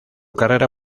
carrera